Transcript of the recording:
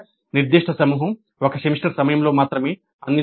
ఒక నిర్దిష్ట సమూహం ఒక సెమిస్టర్ సమయంలో మాత్రమే అందించబడుతుంది